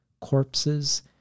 corpses